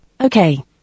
Okay